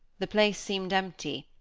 the place seemed empty,